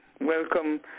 Welcome